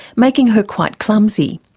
making her quite clumsy.